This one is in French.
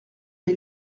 les